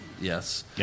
Yes